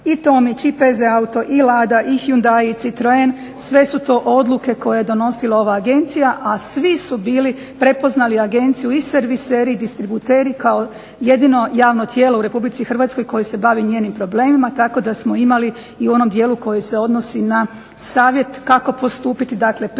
i Tomić i PZ Auto i Lada i Hyundai i Citroen sve su to odluke koje je donosila ova agencija, a svi su bili prepoznali agenciju i serviseri i distributeri kao jedino javno tijelo u RH koje se bavi njenim problemima tako da smo imali i u onom dijelu koji se odnosi na savjet kako postupiti. Dakle, prije